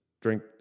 drink